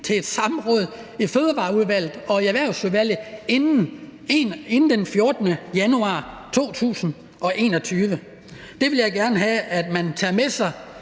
til et samråd i Fødevareudvalget og Erhvervsudvalget før den 14. januar 2021. Det vil jeg gerne have at man tager med sig